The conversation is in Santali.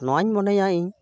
ᱱᱚᱣᱟᱧ ᱢᱚᱱᱮᱭᱟ ᱤᱧ